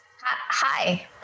Hi